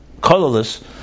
colorless